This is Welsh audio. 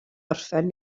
orffen